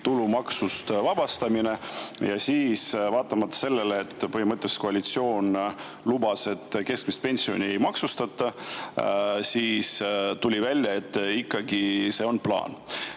tulumaksust vabastamine. Ja siis, vaatamata sellele, et põhimõtteliselt koalitsioon lubas, et keskmist pensioni ei maksustata, tuli välja, et ikkagi on selline plaan.